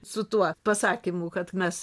su tuo pasakymu kad mes